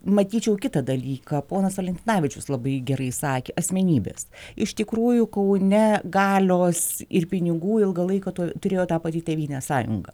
matyčiau kitą dalyką ponas valentinavičius labai gerai sakė asmenybės iš tikrųjų kaune galios ir pinigų ilgą laiką turėjo ta pati tėvynės sąjunga